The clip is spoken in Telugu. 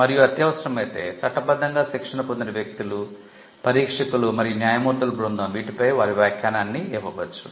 మరియు అత్యవసరమైతే చట్టబద్ధంగా శిక్షణ పొందిన వ్యక్తులు పరీక్షకులు మరియు న్యాయమూర్తుల బృందం వీటిపై వారి వ్యాఖ్యానాన్ని ఇవ్వవచ్చు